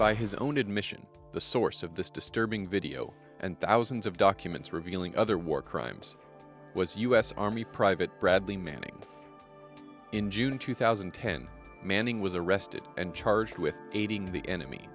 by his own admission the source of this disturbing video and thousands of documents revealing other war crimes was u s army private bradley manning in june two thousand and ten manning was arrested and charged with aiding the enemy